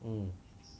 mm